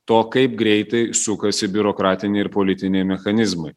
to kaip greitai sukasi biurokratiniai ir politiniai mechanizmai